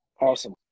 Awesome